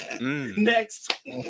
Next